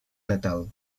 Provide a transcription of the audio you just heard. natal